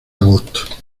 agosto